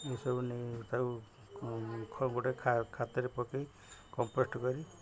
ଏସବୁ ନେଇ ତାକୁ ଗୋଟେ ଖାତରେ ପକାଇ କମ୍ପୋଷ୍ଟ କରି